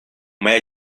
моя